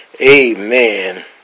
Amen